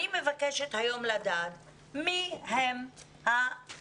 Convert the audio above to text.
אני מבקשת היום לדעת מי הם החברים